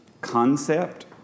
concept